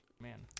Man